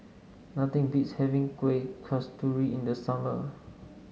nothing beats having Kuih Kasturi in the summer